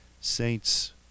Saints